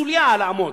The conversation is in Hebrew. סוליה לעמוד.